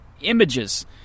images